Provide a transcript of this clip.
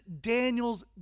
Daniel's